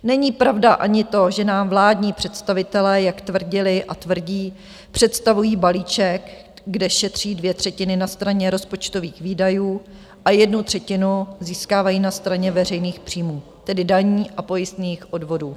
Není pravda ani to, že nám vládní představitelé, jak tvrdili a tvrdí, představují balíček, kde šetří dvě třetiny na straně rozpočtových výdajů a jednu třetinu získávají na straně veřejných příjmů, tedy daní a pojistných odvodů.